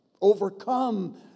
overcome